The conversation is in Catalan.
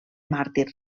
màrtir